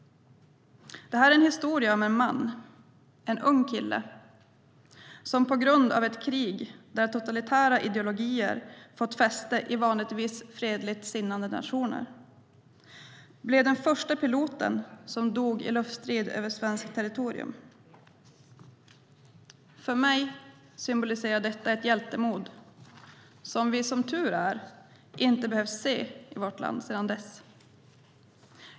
Det här är en historia om en man, en ung kille, som på grund av ett krig där totalitära ideologier fått fäste i vanligtvis fredligt sinnade nationer blev den förste piloten som dog i luftstrid över svenskt territorium. För mig symboliserar detta ett hjältemod som vi, som tur är, inte har behövt se i vårt land sedan dess.